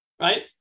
right